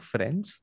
Friends